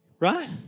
right